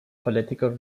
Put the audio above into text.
political